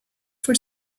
for